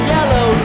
Yellow